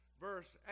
verse